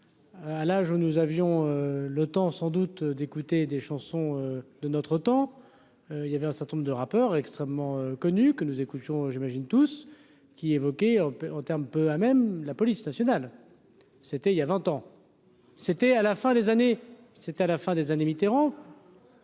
à l'âge où nous avions le temps sans doute, d'écouter des chansons de notre temps, il y avait un certain nombre de rappeurs extrêmement connu que nous écoutons j'imagine tous, qui évoquait un peu en termes peu à même la police nationale, c'était il y a 20 ans, c'était à la fin des années c'est à la fin des années Mitterrand,